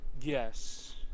Yes